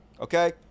okay